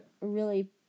really-